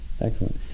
excellent